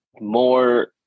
more